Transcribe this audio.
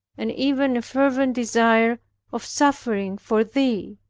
and even a fervent desire of suffering for thee.